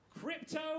Crypto